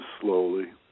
slowly